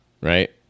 right